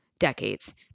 decades